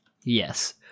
Yes